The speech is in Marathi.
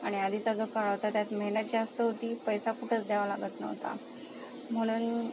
आणि आधीचा जो काळ होता त्यात मेहनत जास्त होती पैसा कुठंच द्यावा म्हणून